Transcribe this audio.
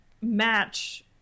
match